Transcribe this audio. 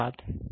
धन्यवाद